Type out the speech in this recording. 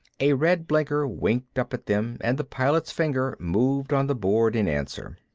a red blinker winked up at them and the pilot's fingers moved on the board in answer.